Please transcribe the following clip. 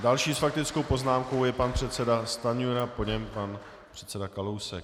Další s faktickou poznámkou je pan předseda Stanjura, po něm pan předseda Kalousek.